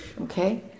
Okay